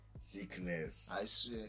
sickness